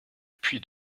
puits